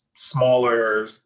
smaller